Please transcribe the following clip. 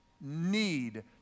need